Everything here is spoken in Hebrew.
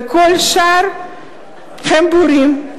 וכל השאר הם בורים,